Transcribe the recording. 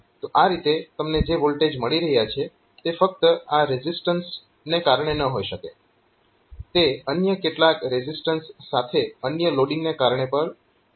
તો આ રીતે તમને જે વોલ્ટેજ મળી રહયા છે તે ફક્ત આ રેઝીઝટન્સને કારણે ન હોઈ શકે તે અન્ય કેટલાક રેઝીઝટન્સ સાથે અન્ય લોડિંગને કારણે પણ હોઈ શકે છે